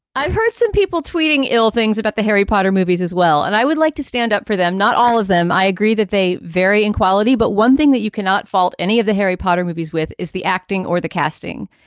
i've heard some people tweeting ill things about the harry potter movies as well, and i would like to stand up for them, not all of them. i agree that they vary in quality. but one thing that you cannot fault any of the harry potter movies with is the acting or the casting.